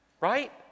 Right